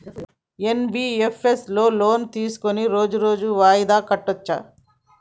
NBFS లో loan తీస్కొని రోజు రోజు వాయిదా కట్టచ్ఛా?